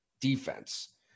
defense